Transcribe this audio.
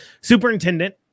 Superintendent